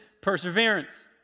perseverance